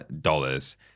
dollars